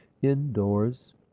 indoors